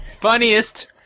Funniest